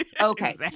Okay